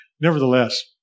Nevertheless